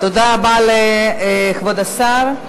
תודה רבה לכבוד השר.